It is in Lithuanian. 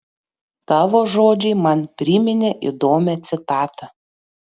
tavo žodžiai man priminė įdomią citatą